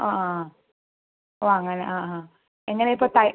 ആ ആ ആ ഓ അങ്ങനെ ആ ആ എങ്ങനെ ഇപ്പം തൈ